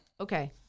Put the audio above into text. okay